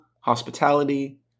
hospitality